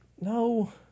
no